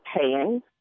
paying